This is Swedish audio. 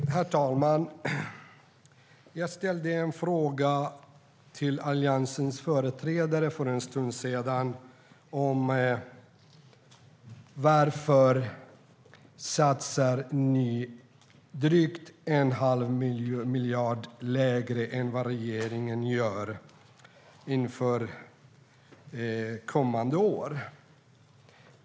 Herr talman! Jag ställde en fråga till Alliansens företrädare för en stund sedan: Varför satsar ni drygt en halv miljard mindre än regeringen gör inför kommande år?